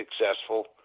successful